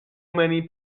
many